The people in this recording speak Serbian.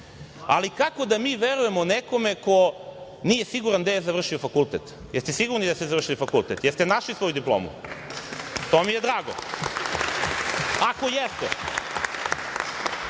ali kako da mi verujemo neko ko nije siguran gde je završio fakultet. Jeste li sigurni da ste završili fakultet? Jeste li našli svoju diplomu? To mi je drago, ako jeste. Na